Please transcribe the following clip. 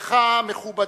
לך, מכובדי,